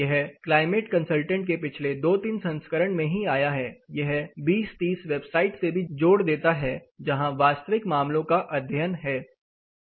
यह climate consultant के पिछले दो तीन संस्करण में ही आया है यह 2030 वेबसाइट से भी जोड़ देता है जहां वास्तविक मामलों का अध्ययन है